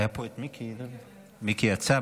היה פה מיקי לוי, מיקי יצא.